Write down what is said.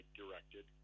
directed